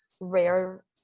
rare